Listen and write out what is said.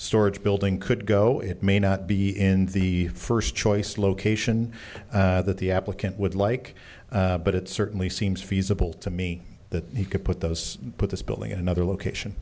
storage building could go it may not be in the first choice location that the applicant would like but it certainly seems feasible to me that he could put those put this building in another location